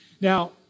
Now